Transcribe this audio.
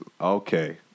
okay